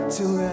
Till